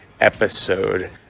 episode